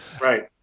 right